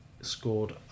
scored